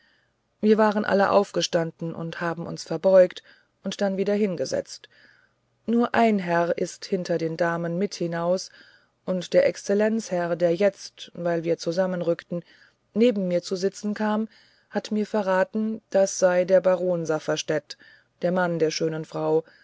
wir waren alle aufgestanden und haben uns verbeugt und dann wieder hingesetzt nur ein herr ist hinter den damen mit hinaus und der exzellenzherr der jetzt weil wir zusammenrückten neben mir zu sitzen kam hat mir verraten das sei der baron safferstätt der mann der schönen frau